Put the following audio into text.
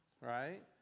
right